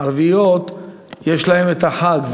הערביות יש להם את החג,